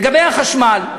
לגבי החשמל,